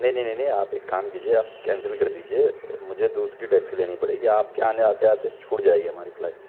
نہیں نہیں نہیں نہیں آپ ایک کام کیجیے آپ کینسل کر دیجیے مجھے دوسری ٹیکسی لینی پڑے گی آپ کے آنے آتے آتے چھوٹ جائے گی ہماری فلائٹ